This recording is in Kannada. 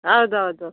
ಹೌದು ಹೌದು